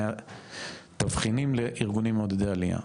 תבחינים לארגונים מעודדי עלייה,